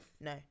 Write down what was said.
No